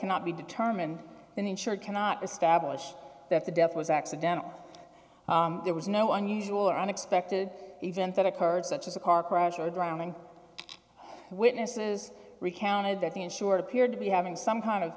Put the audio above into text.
cannot be determined then the insured cannot establish that the death was accidental there was no unusual or unexpected event that occurred such as a car crash or drowning witnesses recounted that the insured appeared to be having some kind of